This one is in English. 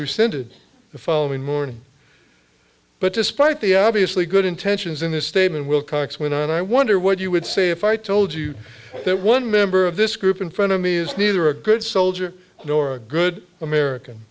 rescinded the following morning but despite the obviously good intentions in his statement wilcox went on i wonder what you would say if i told you that one member of this group in front of me is neither a good soldier nor a good american